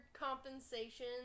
compensation